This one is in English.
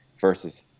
versus